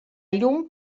llum